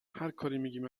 میگیم